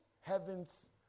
heaven's